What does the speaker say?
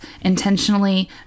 intentionally